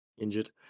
injured